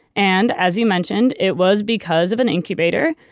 and as you mentioned, it was because of an incubator.